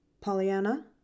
Pollyanna